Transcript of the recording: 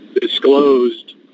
disclosed